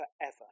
forever